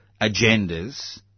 agendas